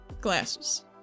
Glasses